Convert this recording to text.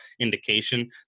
indication